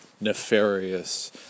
nefarious